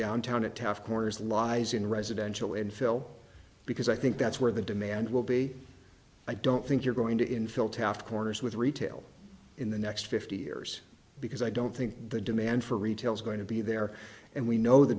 downtown at taft corners lies in residential infill because i think that's where the demand will be i don't think you're going to infill taff corners with retail in the next fifty years because i don't think the demand for retail is going to be there and we know the